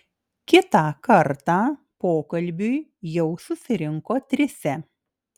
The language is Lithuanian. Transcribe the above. kitą kartą pokalbiui jau susirinko trise